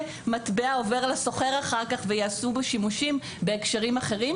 מטבע עובר לסוחר אחר כך ויעשו בו שימושים בהקשרים אחרים,